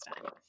time